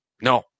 No